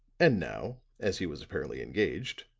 and now, as he was apparently engaged,